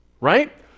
Right